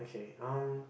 okay um